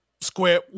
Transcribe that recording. Square